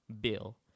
bill